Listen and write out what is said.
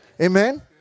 Amen